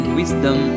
wisdom